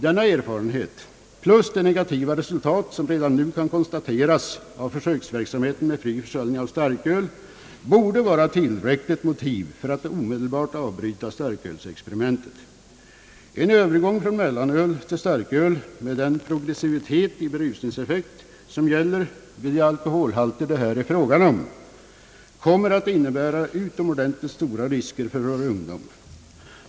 Den erfarenheten plus de negativa resultat som redan nu kan konstateras av försöksverksamheten med fri försäljning av starköl borde vara tillräckligt motiv för att omedelbart avbryta starkölsexperimentet. En övergång från mellanöl till starköl med den progressivitet i berusningseffekt, som gäller vid de alkoholhalter det här är fråga om, kommer att innebära utomordentligt stora risker för vår ungdom.